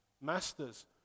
Masters